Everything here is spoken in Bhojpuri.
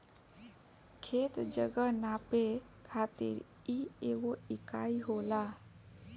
खेत, जगह नापे खातिर इ एगो इकाई होला